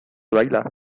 baila